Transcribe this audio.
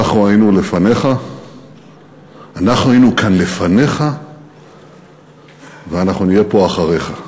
אנחנו היינו כאן לפניך ואנחנו נהיה פה אחריך.